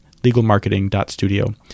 legalmarketing.studio